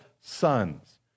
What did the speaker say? sons